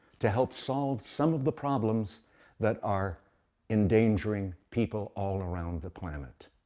to help solve some of the problems that are endangering people all around the planet.